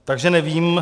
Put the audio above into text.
Takže nevím.